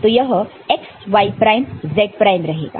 तो यह x y prime z prime रहेगा